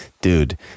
dude